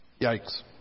Yikes